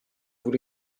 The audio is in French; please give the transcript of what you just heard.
vous